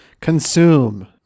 Consume